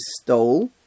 stole